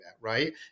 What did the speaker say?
Right